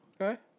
Okay